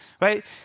Right